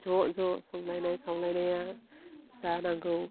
ज' ज' संलायनाय खावलायनाया जानांगौ